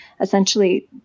Essentially